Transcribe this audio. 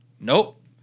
Nope